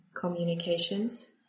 communications